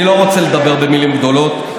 אני לא רוצה לדבר במילים גדולות.